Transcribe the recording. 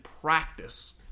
practice